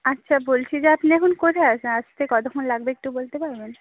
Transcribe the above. আচ্ছা বলছি যে আপনি এখন কোথায় আছেন আসতে কতক্ষণ লাগবে একটু বলতে পারবেন